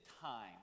time